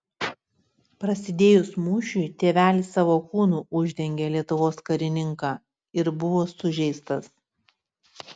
prasidėjus mūšiui tėvelis savo kūnu uždengė lietuvos karininką ir buvo sužeistas